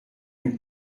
nous